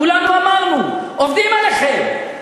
כולנו אמרנו: עובדים עליכם,